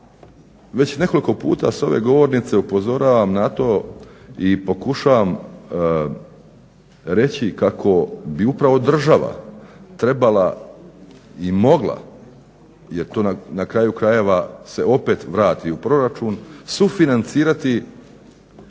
već nekoliko puta s ove govornice upozoravam na to i pokušavam reći kako bi upravo država trebala i mogla jer to na kraju krajeva se opet vrati u proračun, sufinancirati upravo